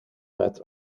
met